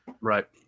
Right